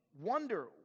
wonder